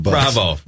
Bravo